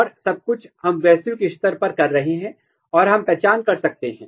और सब कुछ हम वैश्विक स्तर पर कर रहे हैं और हम पहचान कर सकते हैं